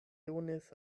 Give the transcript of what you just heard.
donis